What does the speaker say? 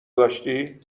داشتی